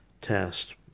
test